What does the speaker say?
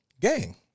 Gang